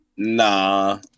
nah